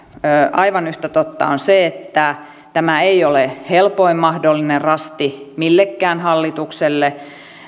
aivan yhtä totta on se että tämä ei ole helpoin mahdollinen rasti millekään hallitukselle